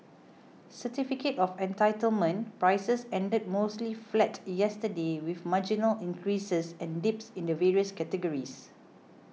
certificate of entitlement prices ended mostly flat yesterday with marginal increases and dips in the various categories